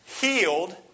healed